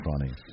funny